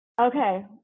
Okay